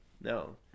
no